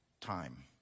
time